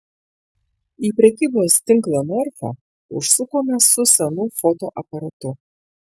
į prekybos tinklą norfa užsukome su senu fotoaparatu